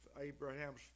Abraham's